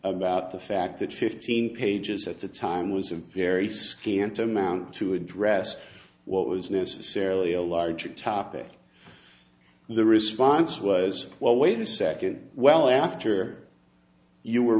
about the fact that fifteen pages at the time was a very scant amount to address what was necessarily a larger topic the response was well wait a second well after you were